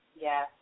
Yes